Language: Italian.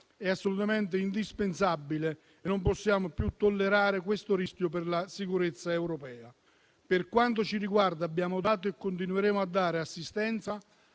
È assolutamente indispensabile e non possiamo più tollerare questo rischio per la sicurezza europea. Per quanto ci riguarda abbiamo dato e continueremo a dare assistenza